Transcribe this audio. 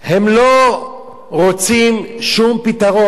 הם לא רוצים שום פתרון,